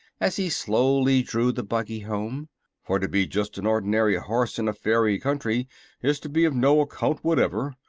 as he slowly drew the buggy home for to be just an ordinary horse in a fairy country is to be of no account whatever.